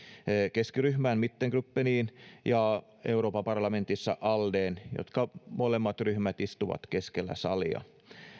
keskiryhmään mittengruppeniin ja euroopan parlamentissa aldeen joista molemmat ryhmät istuvat keskellä salia